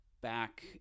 back